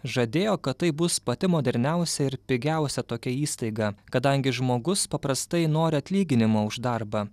žadėjo kad tai bus pati moderniausia ir pigiausia tokia įstaiga kadangi žmogus paprastai nori atlyginimo už darbą